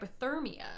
hypothermia